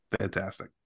fantastic